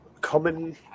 common